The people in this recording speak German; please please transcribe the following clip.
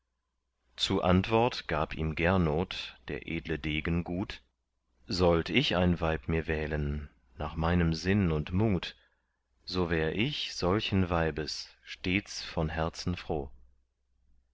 zur antwort gab ihm gernot der edle degen gut sollt ich ein weib mir wählen nach meinem sinn und mut so wär ich solches weibes stets von herzen froh